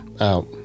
out